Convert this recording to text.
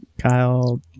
Kyle